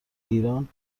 ایران